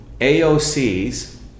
AOC's